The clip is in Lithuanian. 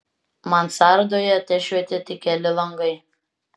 mansardoje tešvietė tik keli langai